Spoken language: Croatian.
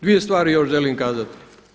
Dvije stvari još želim kazati.